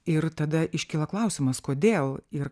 ir tada iškyla klausimas kodėl ir